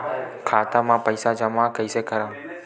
खाता म पईसा जमा कइसे करव?